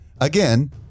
Again